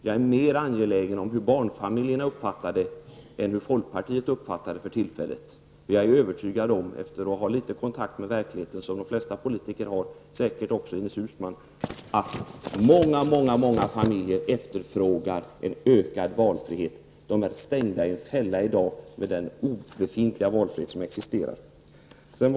Jag är mer angelägen att veta hur barnfamiljerna uppfattar det än att veta hur folkpartiet uppfattar det. Jag är övertygad om, eftersom jag -- precis som de flesta politiker och säkert också Ines Uusmann -- har viss kontakt med verkligheten, att många många familjer efterfrågar en ökad valfrihet. De är instängda i en fälla med den brist på valfrihet som existerar i dag.